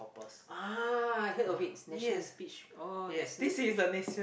ah I heard of it national speech oh national speech